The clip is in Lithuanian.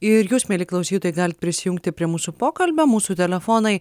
ir jūs mieli klausytojai galit prisijungti prie mūsų pokalbio mūsų telefonai